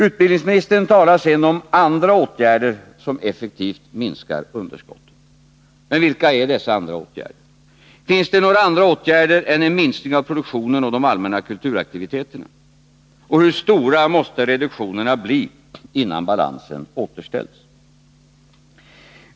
Utbildningsministern talar sedan om andra åtgärder som effektivt minskar underskottet. Vilka är dessa? Finns det några andra åtgärder än en minskning av produktionen och de allmänna kulturaktiviteterna? Och hur stora måste reduktionerna bli innan balansen har återställts?